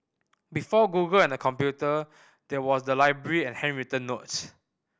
before Google and the computer there was the library and handwritten notes